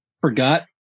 Forgot